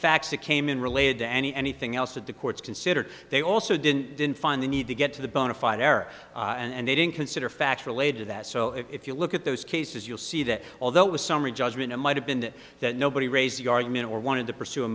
facts that came in related to any anything else that the courts considered they also didn't didn't find the need to get to the bonafide error and they didn't consider factual later that so if you look at those cases you'll see that although it was summary judgment it might have been that nobody raised the argument or wanted to pursue a